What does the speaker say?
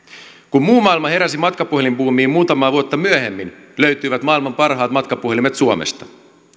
kun muu maailma heräsi matkapuhelinbuumiin muutamaa vuotta myöhemmin löytyivät maailman parhaat matkapuhelimet suomesta